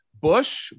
Bush